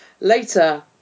Later